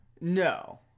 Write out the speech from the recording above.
No